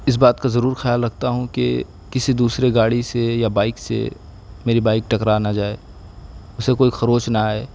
اس بات کا ضرور خیال رکھتا ہوں کہ کسی دوسرے گاڑی سے یا بائک سے میری بائک ٹکڑا نہ جائے اسے کوئی کھروچ نہیں آئے